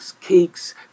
cakes